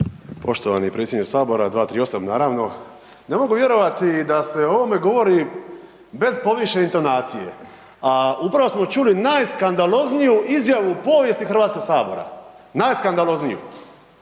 Poštovani predsjedniče Sabora, 238., naravno. Ne mogu vjerovati da se o ovome govori bez povišene intonacije a upravo smo čuli najskandalozniju izjavu u povijesti Hrvatskog sabora, najskandalozniju.